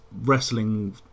wrestling